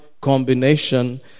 combination